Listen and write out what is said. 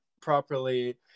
properly